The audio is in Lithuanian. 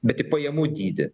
bet į pajamų dydį